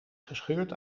gescheurd